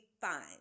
fine